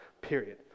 period